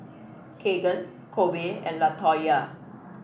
Kegan Kobe and Latoyia